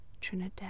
Trinidad